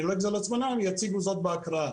יציגו זאת בהקראה.